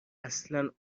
اصلا